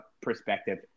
perspective